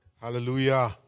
Hallelujah